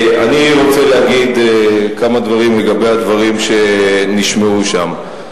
אני רוצה להגיד כמה דברים לגבי הדברים שנשמעו שם.